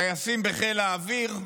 טייסים בחיל האוויר,